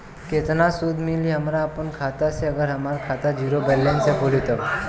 केतना सूद मिली हमरा अपना खाता से अगर हमार खाता ज़ीरो बैलेंस से खुली तब?